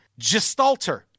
Gestalter